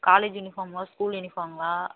college யூனிஃபார்மா school யூனிஃபார்ம்ங்களா